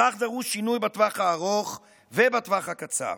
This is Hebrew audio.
לכך דרוש שינוי בטווח הארוך ובטווח הקצר: